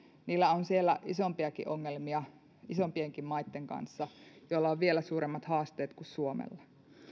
niillä on siellä isompiakin ongelmia isompienkin maitten kanssa joilla on vielä suuremmat haasteet kuin suomella